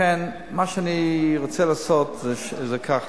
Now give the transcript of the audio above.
לכן, מה שאני רוצה לעשות זה ככה: